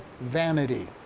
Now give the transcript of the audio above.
vanity